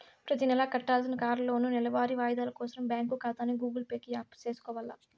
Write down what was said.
ప్రతినెలా కట్టాల్సిన కార్లోనూ, నెలవారీ వాయిదాలు కోసరం బ్యాంకు కాతాని గూగుల్ పే కి యాప్ సేసుకొవాల